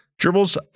Dribbles